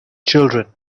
children